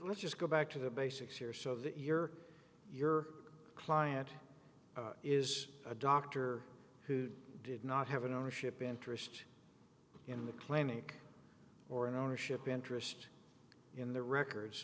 let's just go back to the basics here so that your your client is a doctor who did not have an ownership interest in the clinic or an ownership interest in the records